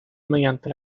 mediante